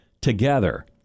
together